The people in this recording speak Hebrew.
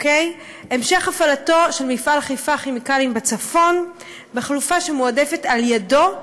המשך הפעלתו של מפעל חיפה כימיקלים בצפון בחלופה שמועדפת על ידו,